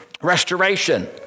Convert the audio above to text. restoration